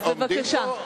בבקשה.